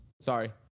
Sorry